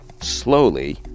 slowly